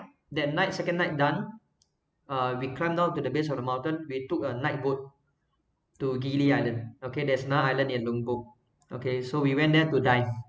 that night second night done uh we climbed down to the base of the mountain we took a night boat to gili island okay there's now island in lombok okay so we went there to dive